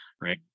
Right